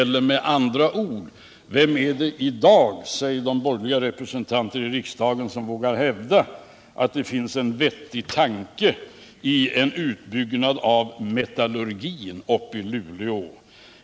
Frågan gäller alltså, säger de borgerliga representanterna, vem som i dag vågar hävda att det finns en vettig tanke i en utbyggnad av metallurgin uppe i Luleå.